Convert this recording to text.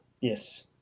yes